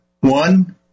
One